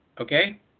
okay